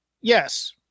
yes